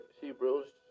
hebrews